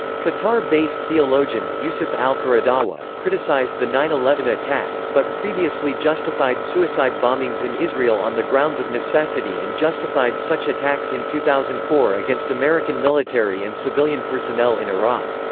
qatar-based theologian, yusuf al-qaradawi, criticized the nine eleven attacks but previously justified suicide bombings in israel on the grounds of necessity and justified such attacks in two thousand and four against american military and civilian personnel in iraq.